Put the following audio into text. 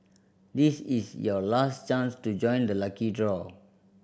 this is your last chance to join the lucky draw